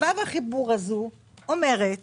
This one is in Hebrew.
ו"ו החיבור הזו אומרת